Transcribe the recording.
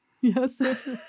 Yes